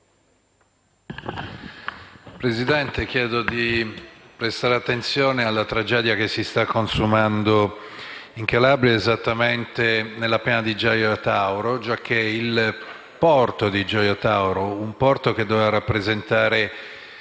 Presidente, chiedo di prestare attenzione alla tragedia che si sta consumando in Calabria, esattamente nella Piana di Gioia Tauro, con riferimento al porto di Gioia Tauro, che doveva rappresentare